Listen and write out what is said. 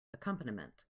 accompaniment